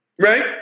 right